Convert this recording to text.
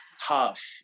tough